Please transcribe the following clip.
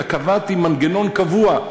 אלא קבעתי מנגנון קבוע,